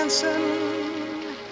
Dancing